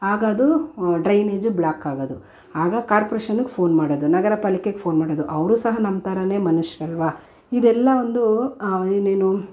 ಆಗ ಅದು drainage block ಆಗೋದು ಆಗ ಕಾರ್ಪೊರೇಷನ್ನಿಗೆ ಫೋನ್ ಮಾಡೋದು ನಗರ ಪಾಲಿಕೆಗೆ ಫೋನ್ ಮಾಡೋದು ಅವರು ಸಹ ನಮ್ಮ ಥರ ಮನುಷ್ಯರಲ್ವಾ ಇದೆಲ್ಲಾ ಒಂದು ಇನ್ನೇನು